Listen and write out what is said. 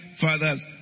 fathers